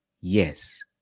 yes